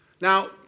Now